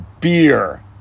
beer